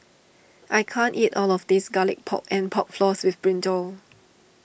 I can't eat all of this Garlic Pork and Pork Floss with Brinjal